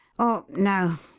or, no!